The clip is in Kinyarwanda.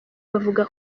bavuga